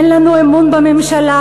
אין לנו אמון בממשלה,